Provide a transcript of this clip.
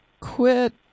quit